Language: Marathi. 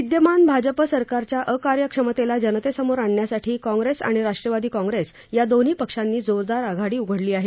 विदयमान भाजप सरकारच्या अकार्यक्षमतेला जनतेसमोर आणण्यासाठी काँप्रेस आणि राष्ट्रवादी काँप्रेस या दोन्ही पक्षांनी जोरदार आघाडी उघडली आहे